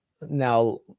now